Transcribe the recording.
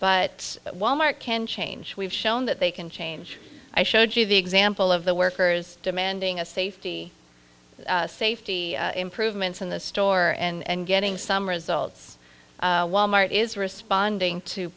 that wal mart can change we've shown that they can change i showed you the example of the workers demanding a safety safety improvements in the store and getting some results wal mart is responding to